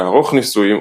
לערוך ניסויים,